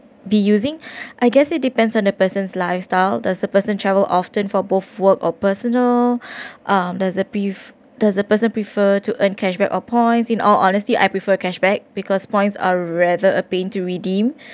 be using I guess it depends on the person's lifestyle does the person travel often for both work or personal um does pref~ does a person prefer to earn cashback or points in all honesty I prefer cashback because points are rather a pain to redeem